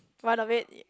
one of it